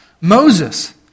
Moses